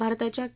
भारताच्या के